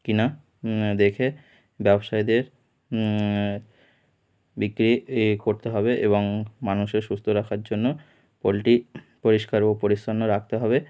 কি না দেখে ব্যবসায়ীদের বিক্রি ই করতে হবে এবং মানুষের সুস্থ রাখার জন্য পোলট্রি পরিষ্কার ও পরিচ্ছন্ন রাখতে হবে